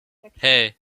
hey